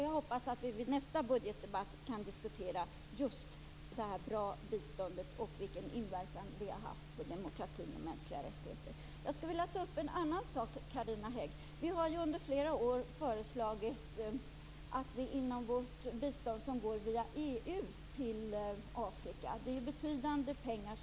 Jag hoppas att vi i nästa budgetdebatt kan diskutera det här goda biståndet och vilken inverkan det har haft på demokratin och de mänskliga rättigheterna. Jag vill ta upp en annan sak också, Carina Hägg. Det bistånd som går via EU till Afrika handlar om en betydande summa pengar.